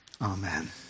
Amen